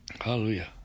Hallelujah